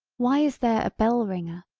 why is there a bell ringer,